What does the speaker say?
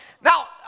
Now